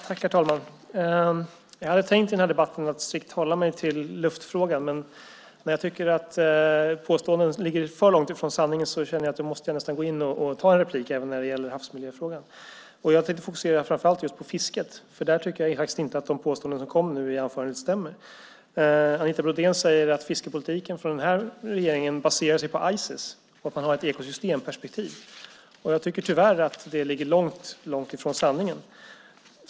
Herr talman! Jag hade tänkt att i den här debatten strikt hålla mig till luftfrågan, men jag känner att när påståendena ligger för långt från sanningen måste jag gå in och begära replik i havsmiljöfrågan. Jag tänker fokusera på fisket. Där tycker jag inte att de påståenden som kom i anförandet stämmer med verkligheten. Anita Brodén säger att fiskepolitiken för den här regeringen baserar sig på Ices och att man har ett ekosystemperspektiv. Jag tycker att det tyvärr ligger långt ifrån sanningen.